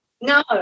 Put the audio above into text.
no